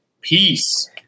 Peace